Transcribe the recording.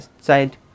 side